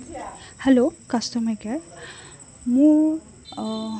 hello customer care মোৰ